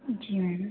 जी ma'am